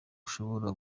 ushobora